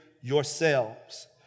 yourselves